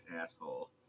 asshole